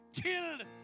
killed